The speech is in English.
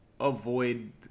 avoid